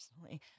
personally